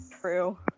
true